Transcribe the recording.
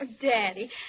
Daddy